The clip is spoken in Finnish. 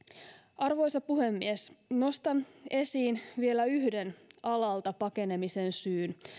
arvoisa puhemies nostan esiin vielä yhden alalta pakenemisen syyn